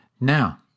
Now